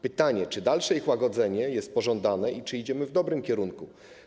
Pytanie: Czy dalsze ich łagodzenie jest pożądane i czy idziemy w dobrym kierunku?